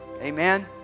Amen